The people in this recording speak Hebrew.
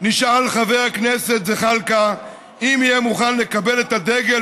נשאל חבר הכנסת זחאלקה אם יהיה מוכן לקבל את הדגל